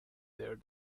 their